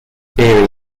theory